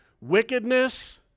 Wickedness